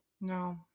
No